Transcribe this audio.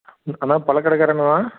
அண்ணா பழ கடைக்காரங்கண்ணாவா